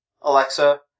Alexa